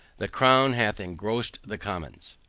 the crown hath engrossed the commons?